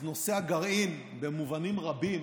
אז נושא הגרעין, במובנים רבים